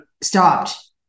stopped